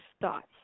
thoughts